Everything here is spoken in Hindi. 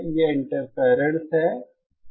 ये इंटरफेरर्स हैं